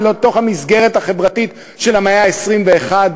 ולתוך המסגרת החברתית של המאה ה-21,